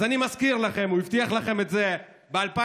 אז אני מזכיר לכם: הוא הבטיח לכם את זה ב-2009,